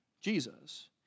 Jesus